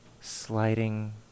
Sliding